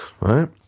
right